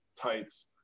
tights